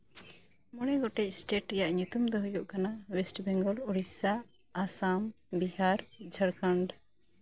ᱢᱚᱬᱮ ᱜᱚᱴᱮᱡ ᱮᱥᱴᱮᱴ ᱨᱮᱭᱟᱜ ᱧᱩᱛᱩᱢ ᱫᱚ ᱦᱩᱭᱩᱜ ᱠᱟᱱᱟᱼ ᱚᱭᱮᱥᱴ ᱵᱮᱝᱜᱚᱞ ᱳᱲᱤᱥᱥᱟ ᱟᱥᱟᱢ ᱵᱤᱦᱟᱨ ᱡᱷᱟᱲᱠᱷᱚᱸᱰ